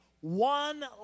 one